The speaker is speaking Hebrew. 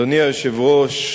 אדוני היושב-ראש,